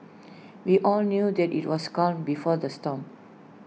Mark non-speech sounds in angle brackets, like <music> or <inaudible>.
<noise> we all knew that IT was calm before the storm